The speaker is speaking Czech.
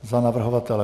Za navrhovatele.